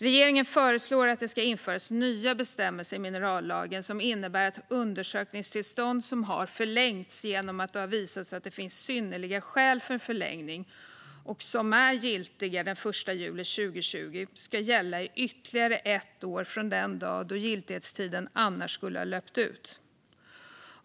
Regeringen föreslår att det ska införas nya bestämmelser i minerallagen som innebär att undersökningstillstånd som har förlängts sedan det har visats att det finns synnerliga skäl för förlängning, och som är giltiga den 1 juli 2020, ska gälla i ytterligare ett år från den dag då giltighetstiden annars skulle ha löpt ut.